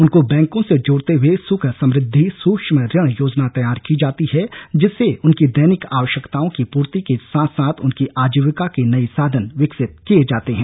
उनको बैंकों से जोड़ते हुए सुख समृद्धि सूक्ष्म ऋण योजना तैयार की जाती है जिससे उनकी दैनिक आवश्यकताओं की पूर्ति के साथ साथ उनकी आजीविका के नए साधन विकसित किए जाते हैं